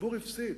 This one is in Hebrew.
הציבור הפסיד,